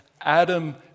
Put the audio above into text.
Adam